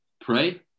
pray